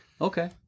okay